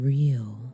real